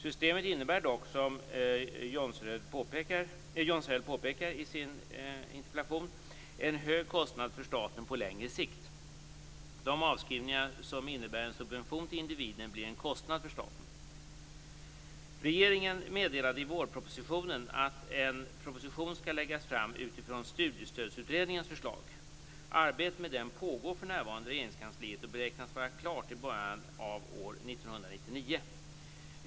Systemet innebär dock, som Jonsell påpekar i sin interpellation, en hög kostnad för staten på längre sikt. De avskrivningar som innebär en subvention till individen blir en kostnad för staten. Regeringen meddelade i vårpropositionen att en proposition skall läggas fram utifrån Studiestödsutredningens förslag. Arbetet med denna pågår för närvarande i Regeringskansliet och beräknas vara klart i början av 1999.